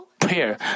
prayer